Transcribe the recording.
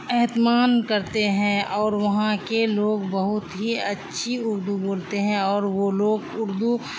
اہتمان کرتے ہیں اور وہاں کے لوگ بہت ہی اچھی اردو بولتے ہیں اور وہ لوگ اردو